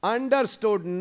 Understood